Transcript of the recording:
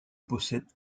possède